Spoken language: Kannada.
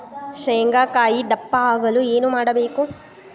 ಶೇಂಗಾಕಾಯಿ ದಪ್ಪ ಆಗಲು ಏನು ಮಾಡಬೇಕು?